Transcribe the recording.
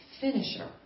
Finisher